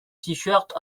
tshirts